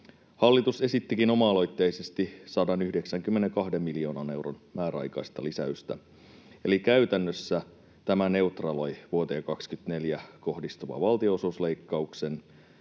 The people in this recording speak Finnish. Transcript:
Hallitus esittikin oma-aloitteisesti 192 miljoonan euron määräaikaista lisäystä, eli käytännössä tämä neutraloi vuoteen 24 kohdistuvan valtionosuusleikkauksen,